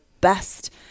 best